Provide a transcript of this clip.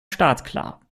startklar